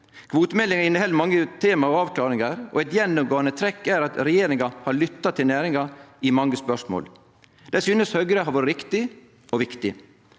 Kvotemeldinga inneheld mange tema og avklaringar, og eit gjennomgåande trekk er at regjeringa har lytta til næringa i mange spørsmål. Det synest Høgre har vore riktig og viktig.